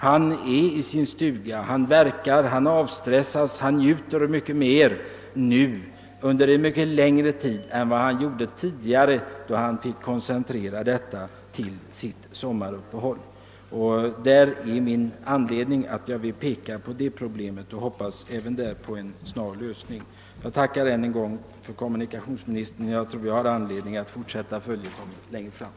Han bor i sin stuga, han verkar där och han avstressas. Han njuter mycket mer nu och under en avsevärt längre tid än han gjorde tidigare, då han fick koncentrera sin vistelse där endast till sommaruppehållet. Jag har funnit anledning att peka på även detta problem, och jag hoppas också där på en snar lösning. Jag tror att vi får anledning att fortsätta denna följetong vid annat tillfälle. Jag tackar än en gång kommunikationsministern för svaret.